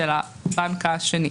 של הבנק השני.